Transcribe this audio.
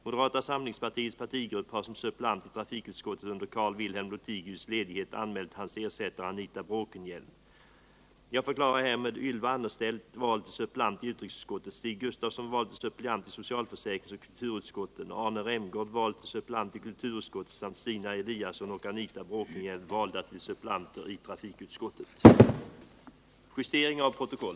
Moderata samlingspartiets partigrupp har som suppleant i trafikutskottet under Carl-Wilhelm Lothigius ledighet anmält hans ersättare Anita Bråkenhielm.